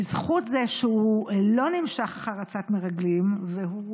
בזכות זה שהוא לא נמשך אחר עצת מרגלים והוא